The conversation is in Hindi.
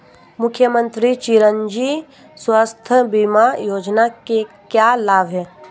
मुख्यमंत्री चिरंजी स्वास्थ्य बीमा योजना के क्या लाभ हैं?